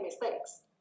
mistakes